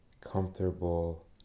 comfortable